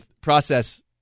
process